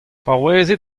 paouezit